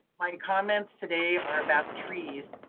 my comments today are about trees.